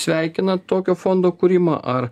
sveikina tokio fondo kūrimą ar